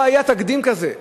לא היה תקדים כזה.